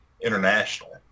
international